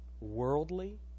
Worldly